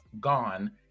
gone